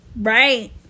Right